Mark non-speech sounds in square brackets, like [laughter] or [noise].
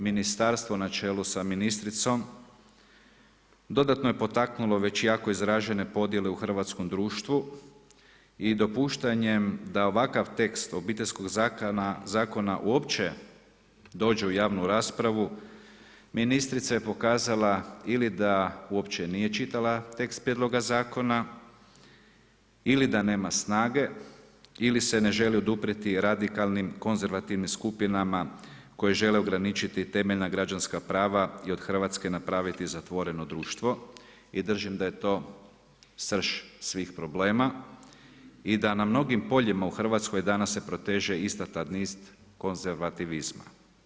Ministarstvo na čelu sa ministricom dodatno je potaknulo već jako izražene podjele u hrvatskom društvu i dopuštanjem da ovakav tekst Obiteljskog zakona uopće dođe u javnu raspravu ministrica je pokazala ili da uopće nije čitala tekst prijedloga zakona ili da nema snage ili se ne želi oduprijeti radikalnim konzervativnim skupinama koje žele ograničiti temeljna građanska prava i od Hrvatske napraviti zatvoreno društvo i držim da je to srž svih problema i da na mnogim poljima u Hrvatskoj danas se proteže … [unintelligible] konzervativizma.